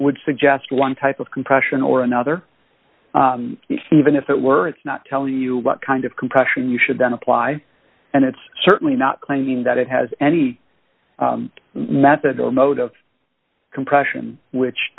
would suggest one type of compression or another even if it were it's not tell you what kind of compression you should then apply and it's certainly not claiming that it has any method or mode of compression which